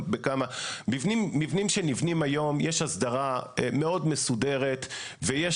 מבנים שנבנים היום יש אסדרה מאוד מסודרת ויש